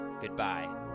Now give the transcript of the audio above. Goodbye